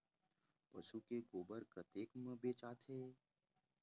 पशु के गोबर कतेक म बेचाथे?